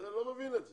אני לא מבין את זה.